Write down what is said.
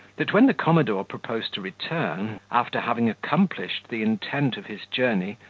that when the commodore proposed to return, after having accomplished the intent of his journey,